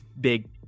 big